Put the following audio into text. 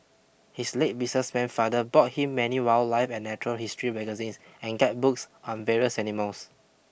his late businessman father bought him many wildlife and natural history magazines and guidebooks on various animals